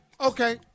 Okay